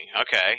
Okay